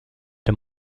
der